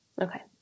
Okay